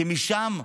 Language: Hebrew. כי משם,